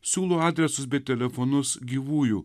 siūlo adresus bei telefonus gyvųjų